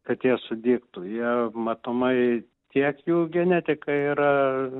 kad jie sudygtų jie matomai tiek jų genetika yra